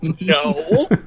No